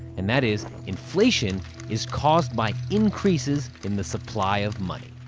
and that is inflation is caused by increases in the supply of money.